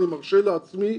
אני מרשה לעצמי,